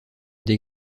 des